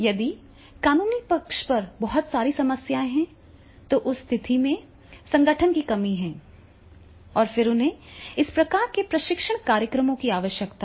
यदि कानूनी पक्ष पर बहुत सारी समस्याएं हैं तो उस स्थिति में यदि संगठन की कमी है और फिर उन्हें इस प्रकार के प्रशिक्षण कार्यक्रमों की आवश्यकता है